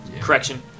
Correction